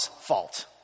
fault